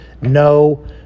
no